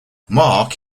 mark